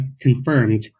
confirmed